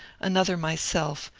another myself,